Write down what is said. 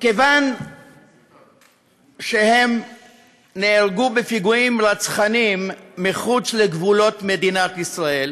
כיוון שהם נהרגו בפיגועים רצחניים מחוץ לגבולות מדינת ישראל,